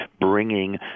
bringing